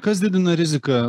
kas didina riziką